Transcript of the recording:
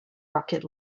rocket